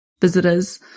visitors